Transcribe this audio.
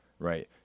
Right